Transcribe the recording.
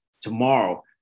tomorrow